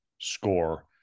score